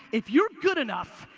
if you're good enough.